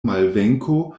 malvenko